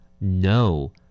No